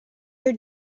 are